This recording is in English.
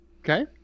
Okay